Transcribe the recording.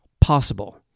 possible